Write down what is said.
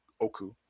Oku